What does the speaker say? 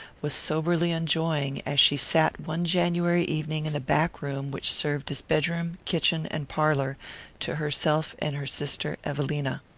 was soberly enjoying as she sat one january evening in the back room which served as bedroom, kitchen and parlour to herself and her sister evelina.